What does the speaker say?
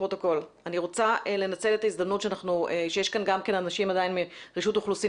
אני רוצה לנצל את ההזדמנות שיש כאן גם אנשים מרשות האוכלוסין